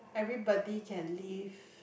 everybody can leave